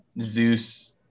Zeus